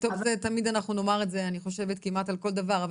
טוב את זה תמיד אנחנו נאמר את זה כמעט על כל דבר.